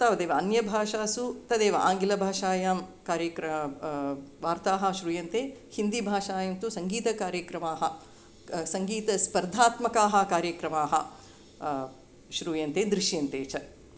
तावदेव अन्यभाषासु तदेव आङ्गीलभाषायां कार्यक्र वार्ताः श्रूयन्ते हिन्दीभाषायां तु सङ्गीतकार्यक्रमाः सङ्गीतस्पर्धात्मकाः कार्यक्रमाः श्रूयन्ते दृश्यन्ते च